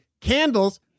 candles